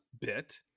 bit